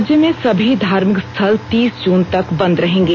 राज्य में सभी धार्मिक स्थिल तीस जून तक बंद रहेंगे